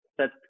set